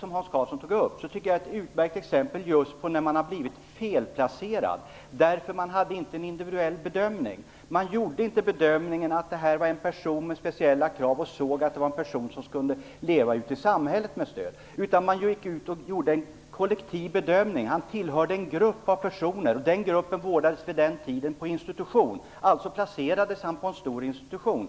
Jag tycker att det är ett utmärkt exempel på att någon har blivit felplacerad, eftersom det inte har gjorts en individuell bedömning. Man gjorde inte bedömningen att det var fråga om en person med speciella krav. Man såg inte att det var en person som skulle kunna leva ute i samhället med stöd. Man gjorde en kollektiv bedömning. Han tillhörde en grupp av personer. Den gruppen vårdades vid den tiden på institution. Således placerades på en stor institution.